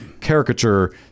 caricature